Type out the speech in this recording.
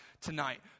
tonight